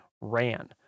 ran